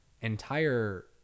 entire